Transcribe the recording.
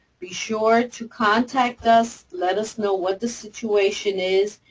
be sure to contact us. let us know what the situation is.